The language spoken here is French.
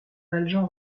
valjean